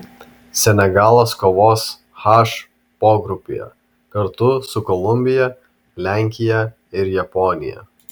senegalas kovos h pogrupyje kartu su kolumbija lenkija ir japonija